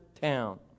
town